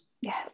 Yes